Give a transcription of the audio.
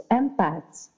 empaths